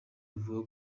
avuga